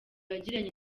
yagiranye